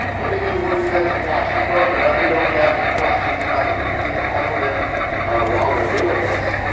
let me know where you guys are watching from, and let me know if you have any questions, not that we can get to all of them while we're doing this.